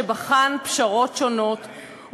שבחן פשרות שונות,